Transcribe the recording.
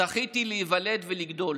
זכיתי להיוולד ולגדול,